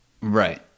Right